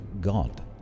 god